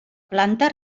planta